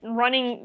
running